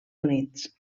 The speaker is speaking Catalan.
units